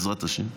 בעזרת השם.